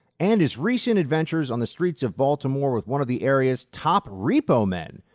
and his recent adventures on the streets of baltimore with one of the area's top repo men.